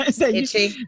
itchy